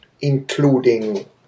including